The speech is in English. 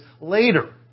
later